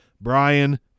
Brian